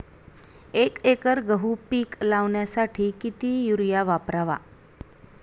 एक एकर गहू पीक लावण्यासाठी किती युरिया वापरावा?